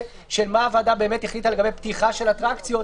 של מה הוועדה החליטה לגבי פתיחה של אטרקציות,